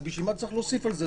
אז בשביל מה צריך להוסיף על זה?